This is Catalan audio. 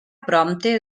prompte